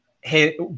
hey